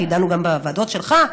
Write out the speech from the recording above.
כי דנו בזה גם בוועדות שלך.